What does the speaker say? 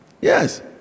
Yes